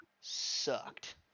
sucked